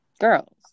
girls